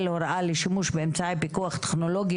הוראה לשימוש באמצעי פיקוח טכנולוגי,